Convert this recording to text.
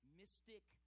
mystic